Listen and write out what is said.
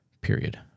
Period